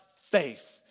faith